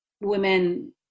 women